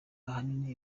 ahanini